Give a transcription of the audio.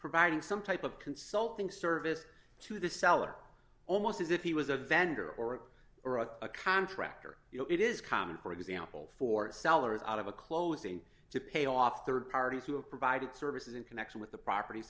providing some type of consulting service to the seller almost as if he was a vendor or or a contractor you know it is common for example for d sellers out of a closing to pay off rd parties who have provided services in connection with the property